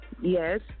Yes